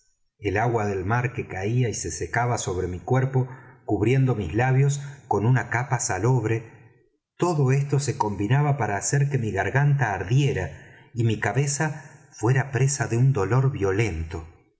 el agua del mar que caía y se secaba sobre mi cuerpo cubriendo mis labios con una capa salobre todo esto se combinaba para hacer que mi garganta ardiera y mi cabeza fuera presa de un dolor violento